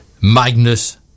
Magnus